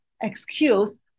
excuse